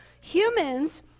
humans